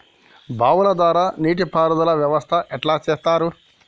బావుల ద్వారా నీటి పారుదల వ్యవస్థ ఎట్లా చేత్తరు?